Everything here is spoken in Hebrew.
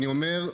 אני אומר,